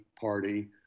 party